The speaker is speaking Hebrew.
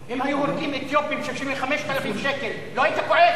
אם היו הורגים אתיופי, 5,000 שקל, לא היית כועס?